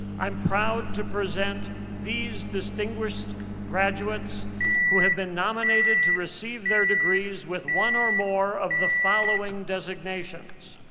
i'm proud to present these distinguished graduates who have been nominated to receive their degrees with one or more of the following designations.